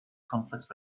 conflict